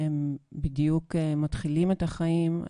הם בדיוק מתחילים את החיים,